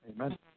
Amen